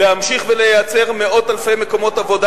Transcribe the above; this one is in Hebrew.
ולהמשיך ולייצר מאות-אלפי מקומות עבודה